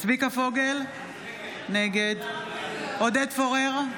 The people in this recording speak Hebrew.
צביקה פוגל, נגד עודד פורר,